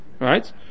right